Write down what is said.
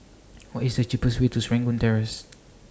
What IS The cheapest Way to Serangoon Terrace